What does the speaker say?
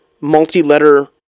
multi-letter